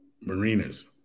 Marinas